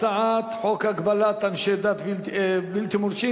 הצעת חוק הגבלת אנשי דת בלתי מורשים?